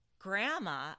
Grandma